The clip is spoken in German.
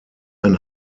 ein